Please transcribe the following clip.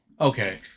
Okay